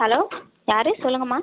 hello யார் சொல்லுங்கள்ம்மா